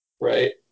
right